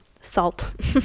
salt